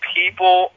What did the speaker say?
people